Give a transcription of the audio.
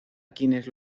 quienes